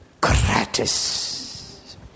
Gratis